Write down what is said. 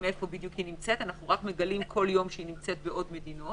איפה היא נמצאת אנחנו רק מגלים כל יום שהיא נמצאת בעוד ועוד מדינות